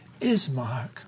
Ismark